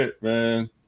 man